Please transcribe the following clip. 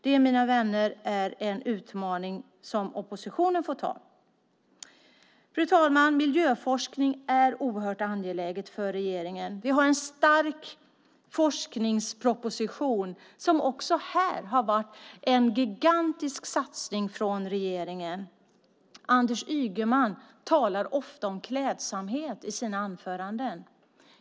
Det, mina vänner, är en utmaning som oppositionen får ta. Fru ålderspresident! Miljöforskning är oerhört angeläget för regeringen. Vi har en stark forskningsproposition som också har varit en gigantisk satsning från regeringen. Anders Ygeman talar ofta om klädsamhet i sina anföranden.